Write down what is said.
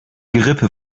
gerippe